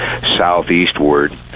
southeastward